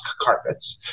carpets